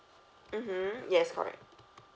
mmhmm yes correct